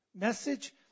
message